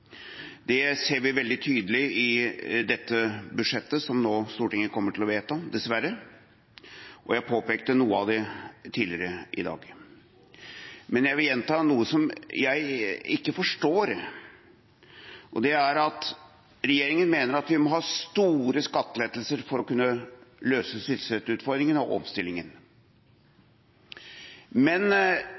Det ser vi veldig tydelig i dette budsjettet som Stortinget nå kommer til å vedta – dessverre – og jeg påpekte noe av det tidligere i dag. Jeg vil gjenta noe som jeg ikke forstår. Det er at regjeringa mener at vi må ha store skattelettelser for å kunne løse sysselsettingsutfordringene og omstillinga, men